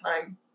time